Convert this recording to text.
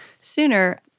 sooner